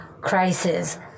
crisis